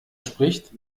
spricht